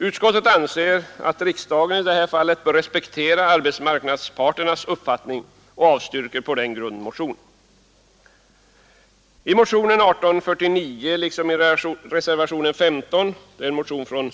Utskottet anser att riksdagen bör respektera arbetsmarknadsparternas uppfattning och avstyrker på den grunden motionen.